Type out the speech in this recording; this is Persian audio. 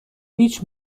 هیچ